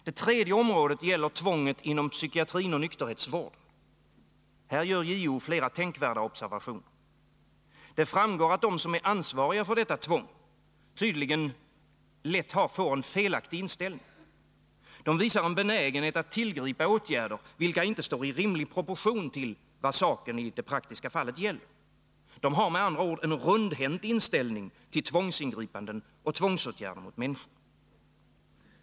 Det tredje området gäller tvånget inom psykiatri och nykterhetsvård. Här gör JO flera tänkvärda observationer. Det framgår att de som är ansvariga för detta tvång tydligen lätt får en felaktig inställning. De visar en benägenhet att tillgripa åtgärder, vilka inte står i rimlig proportion till vad saken i det praktiska fallet gäller. De har med andra ord en rundhänt inställning till 29 tvångsingripanden och tvångsåtgärder mot människor.